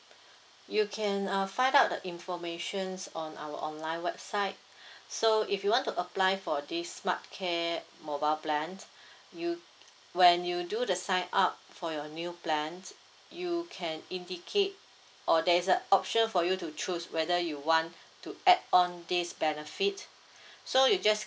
you can uh find out the information on our online website so if you want to apply for this smart care mobile plan you when you do the sign up for your new plans you can indicate or there's a option for you to choose whether you want to add on this benefit so you just